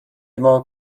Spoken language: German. immer